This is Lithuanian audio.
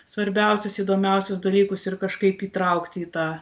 svarbiausius įdomiausius dalykus ir kažkaip įtraukti į tą